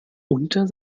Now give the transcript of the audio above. unter